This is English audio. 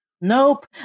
nope